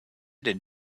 den